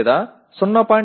5 அல்லது 0